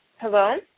Hello